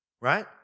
Right